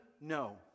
No